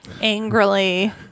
angrily